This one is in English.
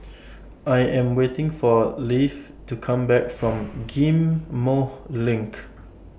I Am waiting For Leif to Come Back from Ghim Moh LINK